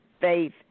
faith